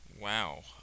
wow